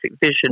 vision